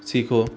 सीखो